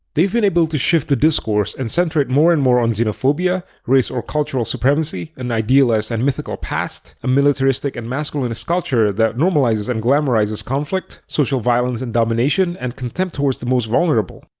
they've been able to shift the discourse and center it more and more on xenophobia, race or cultural cultural supremacy, an idealized and mythical past, a militaristic and masculinist culture that normalizes and glamorizes conflict, social violence and domination, and contempt toward the most vulnerable.